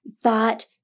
thought